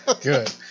good